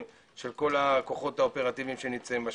של כל הכוחות האופרטיביים שנמצאים בשטח.